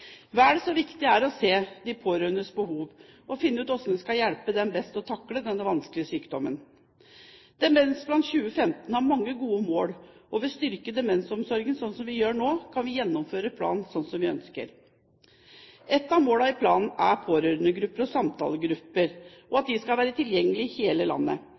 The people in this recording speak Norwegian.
Vel så viktig er det å se de pårørendes behov og finne ut hvordan vi skal hjelpe dem til best å takle denne vanskelige sykdommen. Demensplan 2015 har mange gode mål, og ved å styrke demensomsorgen slik vi gjør nå, kan vi gjennomføre planen slik vi ønsker. Et av målene i planen er pårørendegrupper og samtalegrupper som skal være tilgjengelig i hele landet.